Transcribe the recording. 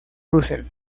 russell